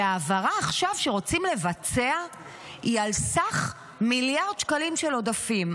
וההעברה שעכשיו רוצים לבצע היא על סך מיליארד שקלים של עודפים,